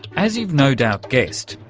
as you've no doubt guessed,